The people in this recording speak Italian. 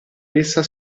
essa